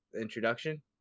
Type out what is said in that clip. introduction